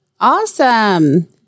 Awesome